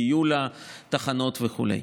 כיול התחנות וכו'.